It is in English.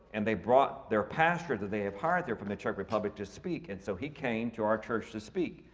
and they brought their pastor that they have hired there from the czech republic to speak. and so he came to our church to speak,